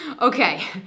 Okay